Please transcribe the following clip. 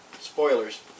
Spoilers